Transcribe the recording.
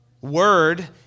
word